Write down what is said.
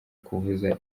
kuvuza